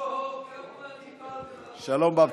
שלום, בבצ'יק.